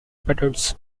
patterns